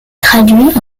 traduits